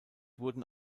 wurden